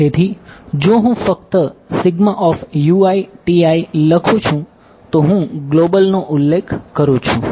તેથી જો હું ફક્ત લખું છું તો હું ગ્લોબલ નો ઉલ્લેખ કરું છું